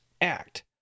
Act